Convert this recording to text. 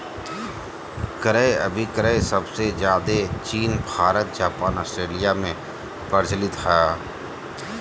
क्रय अभिक्रय सबसे ज्यादे चीन भारत जापान ऑस्ट्रेलिया में प्रचलित हय